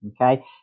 okay